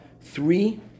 three